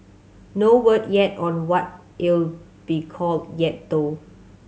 no word yet on what it'll be called yet though